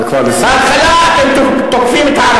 נא לסיים.